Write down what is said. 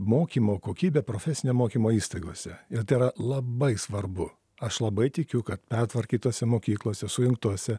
mokymo kokybe profesinio mokymo įstaigose ir tai yra labai svarbu aš labai tikiu kad pertvarkytose mokyklose sujungtose